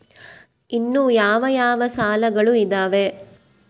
ಇನ್ನು ಯಾವ ಯಾವ ಸಾಲಗಳು ಇದಾವೆ?